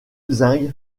zinc